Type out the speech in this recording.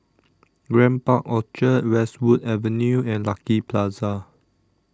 Grand Park Orchard Westwood Avenue and Lucky Plaza